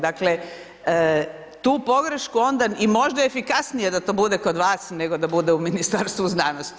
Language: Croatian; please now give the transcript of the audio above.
Dakle, tu pogrešku onda i možda efikasnije da to bude kod vas, nego da bude u Ministarstvu znanosti.